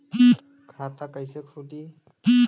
खाता कइसे खुली?